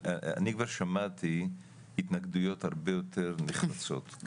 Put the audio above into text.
אני כבר שמעתי התנגדויות הרבה יותר נחרצות,